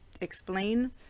explain